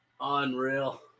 Unreal